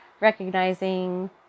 recognizing